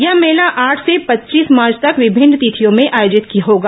यह मेला आठ से पच्चीस मार्च तक विभिन्न तिथियों में आयोजित होगा